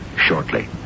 shortly